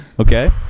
Okay